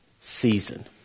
season